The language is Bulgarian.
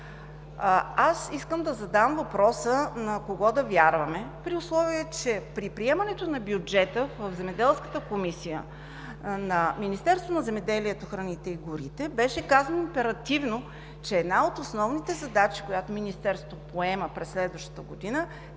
Искам да задам въпроса: на кого да вярваме, при условие че при приемането на бюджета в Земеделската комисия на Министерството на земеделието, храните и горите беше казано императивно, че една от основните задачи, която Министерството поема през следващата година,